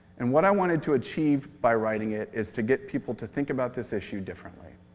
and what i wanted to achieve by writing it is to get people to think about this issue differently.